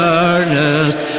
earnest